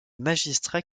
magistrat